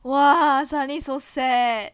!wah! suddenly so sad